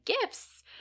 gifts